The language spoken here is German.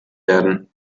werden